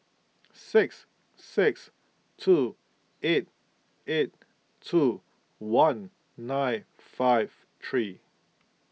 six six two eight eight two one nine five three